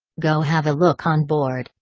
go have a look onboard,